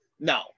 No